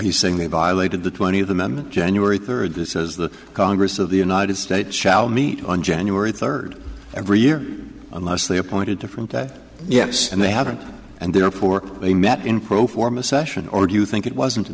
you saying they violated the twentieth amendment january third that says the congress of the united states shall meet on january third every year unless they appointed different that yes and they hadn't and therefore they met in pro forma session or do you think it wasn't a